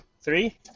three